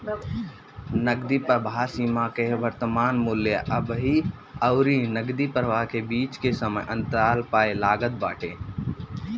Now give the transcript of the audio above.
नगदी प्रवाह सीमा कअ वर्तमान मूल्य अबही अउरी नगदी प्रवाह के बीच के समय अंतराल पअ लागत बाटे